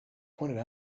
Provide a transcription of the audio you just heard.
pointed